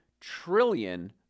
trillion